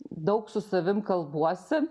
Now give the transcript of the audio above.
daug su savim kalbuosi